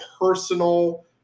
personal